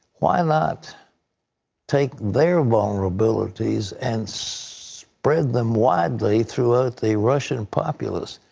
why not take their vulnerabilities and spread them widely throughout the russian populous.